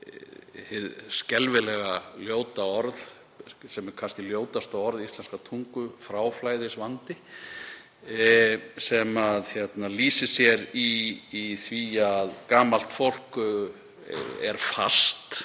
skelfilega ljóta orð, sem er kannski ljótasta orð íslenskrar tungu, fráflæðisvandi, sem lýsir sér í því að gamalt fólk er fast